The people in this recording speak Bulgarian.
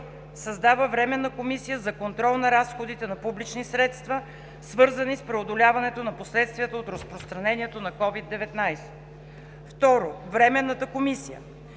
Създава Временна комисия за контрол на разходите на публични средства, свързани с преодоляването на последствията от разпространението на COVID-19. II. Временната комисия: